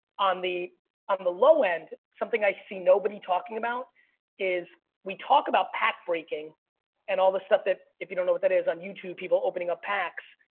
on the on the low end, something i see nobody talking about is we talk about pack breaking and all this stuff that, if you don't know what that is on youtube people opening up packs.